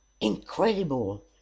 incredible